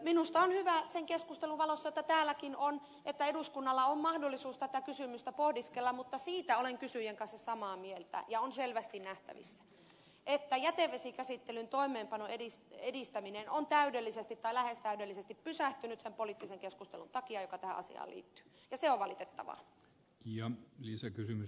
minusta on hyvä sen keskustelun valossa jota täälläkin on että eduskunnalla on mahdollisuus tätä kysymystä pohdiskella mutta siitä olen kysyjän kanssa samaa mieltä ja se on selvästi nähtävissä että jätevesikäsittelyn toimeenpanon edistäminen on täydellisesti tai lähes täydellisesti pysähtynyt sen poliittisen keskustelun takia joka tähän asiaan liittyy ja se on valitettavaa